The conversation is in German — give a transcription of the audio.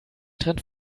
trend